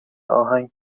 آهنگ